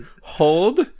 hold